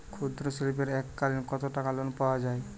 ক্ষুদ্রশিল্পের এককালিন কতটাকা লোন পাওয়া য়ায়?